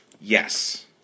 Yes